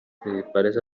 principales